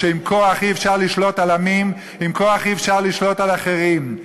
שעם כוח אי-אפשר לשלוט על עמים ועם כוח אי-אפשר לשלוט על אחרים.